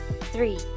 three